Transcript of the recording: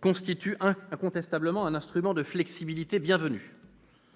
constituent incontestablement un instrument de flexibilité bienvenu.